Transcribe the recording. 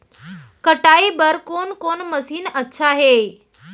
कटाई बर कोन कोन मशीन अच्छा हे?